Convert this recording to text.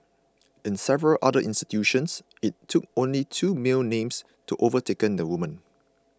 in several other institutions it took only two male names to overtaken the women